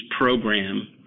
program